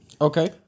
Okay